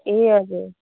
ए हजुर